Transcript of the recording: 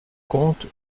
comte